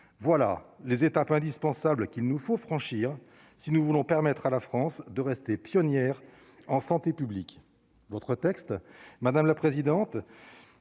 voilà les étapes indispensables qu'il nous faut franchir si nous voulons permettre à la France de rester pionnière en santé publique votre texte, madame la présidente,